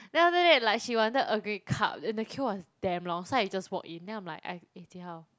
then after that like she wanted earl grey cup and the queue was damn long so I just walk in then I'm like eh Jie Hao